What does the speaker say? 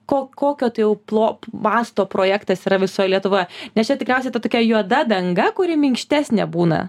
ko kokio tai jau plo masto projektas yra visoj lietuvoje nes čia tikriausiai ta tokia juoda danga kuri minkštesnė būna